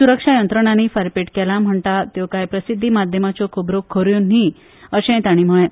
सुरक्षा यंत्रणांनी फारपेट केल्या म्हणटात त्यो कांय प्रसिद्धी माध्यमाच्यो खबरो खऱ्यो न्हय अशेंय तांणी म्हळां